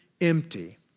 empty